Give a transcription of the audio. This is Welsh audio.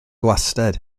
wastad